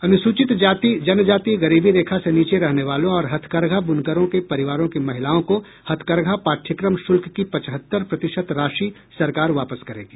अनुसूचित जाति जनजाति गरीबी रेखा से नीचे रहने वालों और हथकरघा बुनकरों के परिवारों की महिलाओं को हथकरघा पाठ्यक्रम शुल्क की पचहत्तर प्रतिशत राशि सरकार वापस करेगी